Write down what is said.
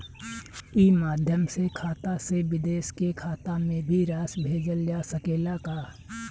ई माध्यम से खाता से विदेश के खाता में भी राशि भेजल जा सकेला का?